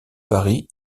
paris